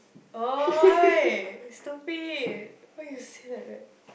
!oi! stupid why you say like that